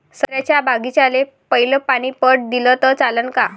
संत्र्याच्या बागीचाले पयलं पानी पट दिलं त चालन का?